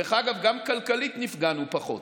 דרך אגב, גם כלכלית נפגענו פחות,